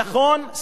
נכון,